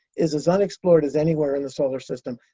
is as unexplored as anywhere in the solar system,